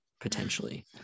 potentially